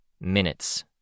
Minutes